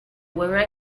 where